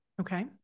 Okay